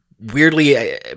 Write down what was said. weirdly